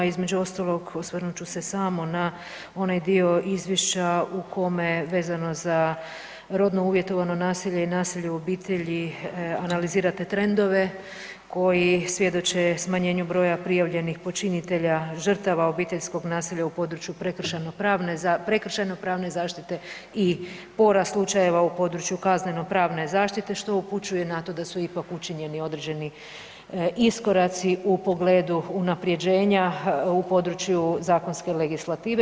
Između ostalog osvrnut ću se samo na onaj dio izvješća u kome vezano za rodno uvjetovano nasilje i nasilje u obitelji analizirate trendove koji svjedoče smanjenju broja prijavljenih počinitelja žrtava obiteljskog nasilja u području prekršajno-pravne zaštite i porast slučajeva u području kaznenopravne zaštite što upućuje na to da su ipak učinjeni određeni iskoraci u pogledu unapređenja u području zakonske legislative.